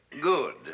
Good